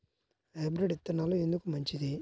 Hybrid విత్తనాలు ఎందుకు మంచిది?